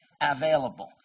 available